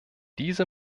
diese